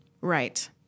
Right